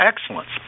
excellence